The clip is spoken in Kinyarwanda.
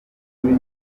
kuri